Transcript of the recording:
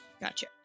Gotcha